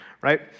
right